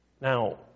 Now